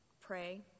pray